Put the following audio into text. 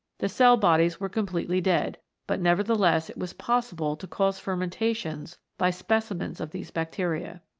the cell-bodies were com pletely dead, but nevertheless it was possible to cause fermentations by specimens of these bacteria.